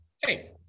hey